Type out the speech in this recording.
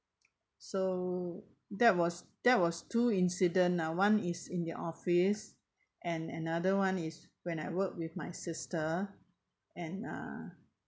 so that was that was two incident ah one is in the office and another one is when I work with my sister and uh